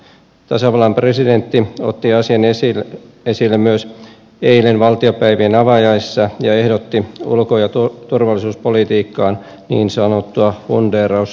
tasavallan presidentti otti myös asian esille eilen valtiopäivien avajaisissa ja ehdotti ulko ja turvallisuuspolitiikkaan niin sanottua fundeerausryhmää